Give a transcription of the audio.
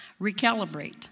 Recalibrate